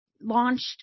launched